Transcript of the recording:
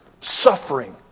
suffering